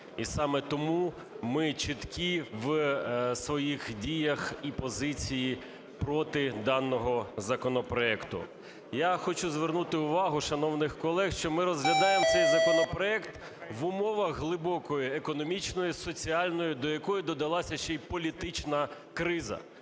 І саме тому ми чіткі у своїх діях і позиції проти даного законопроекту. Я хочу звернути увагу шановний колег, що ми розглядаємо цей законопроект в умовах глибокої економічної, соціальної, до якої додалася ще й політична криза.